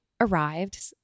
arrived